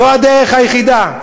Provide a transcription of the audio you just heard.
זו הדרך היחידה.